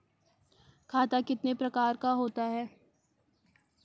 खाता कितने प्रकार का होता है?